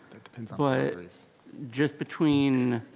but just between